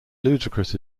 ludicrous